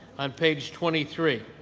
um page twenty three,